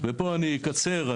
אני אקצר.